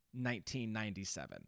1997